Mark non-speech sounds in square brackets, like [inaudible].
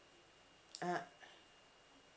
[noise] (uh huh)